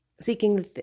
Seeking